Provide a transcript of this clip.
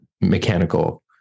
mechanical